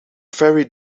very